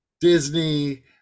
disney